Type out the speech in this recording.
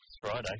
Friday